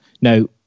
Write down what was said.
Now